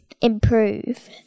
improve